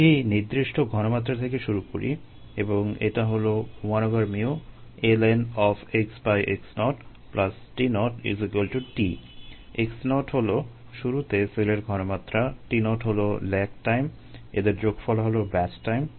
একটি নির্দিষ্ট ঘনমাত্রা থেকে শুরু করি এবং এটা হলো x0 হলো শুরুতে সেলের ঘনমাত্রা t0 হলো ল্যাগ টাইম